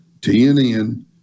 TNN